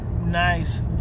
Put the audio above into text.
nice